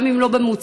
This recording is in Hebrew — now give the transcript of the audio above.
גם אם לא במוצהר,